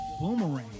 Boomerang